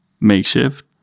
makeshift